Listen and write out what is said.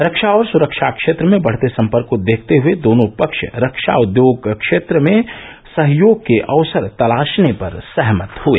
रक्षा और सुरक्षा क्षेत्र में बढते संपर्क को देखते हुए दोनों पक्ष रक्षा उद्योग क्षेत्र में सहयोग के अवसर तलाशने पर सहमत हुए